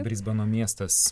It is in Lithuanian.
brisbano miestas